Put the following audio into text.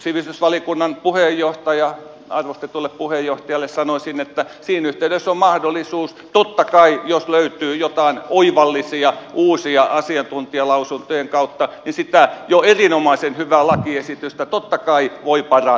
sivistysvaliokunnan arvostetulle puheenjohtajalle sanoisin että siinä yhteydessä on mahdollisuus totta kai jos löytyy jotain oivallisia uusia näkökulmia asiantuntijalausuntojen kautta sitä jo erinomaisen hyvää lakiesitystä totta kai parantaa